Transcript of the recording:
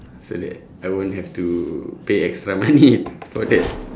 so that I won't have to pay extra money for that